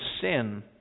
sin